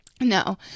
No